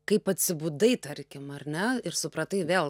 kaip atsibudai tarkim ar ne ir supratai vėl